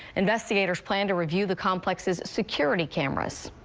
investigators plan to review the complex's security cameras.